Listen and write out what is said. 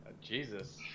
Jesus